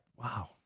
wow